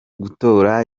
gutora